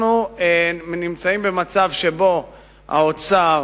אנחנו נמצאים במצב שבו האוצר,